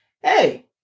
Hey